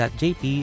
jp